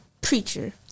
preacher